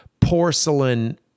porcelain